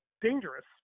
dangerous